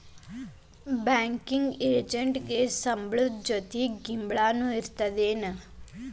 Banking ಎಜೆಂಟಿಗೆ ಸಂಬ್ಳದ್ ಜೊತಿ ಗಿಂಬ್ಳಾನು ಇರ್ತದೇನ್?